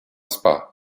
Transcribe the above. spa